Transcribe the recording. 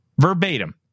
Verbatim